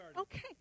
Okay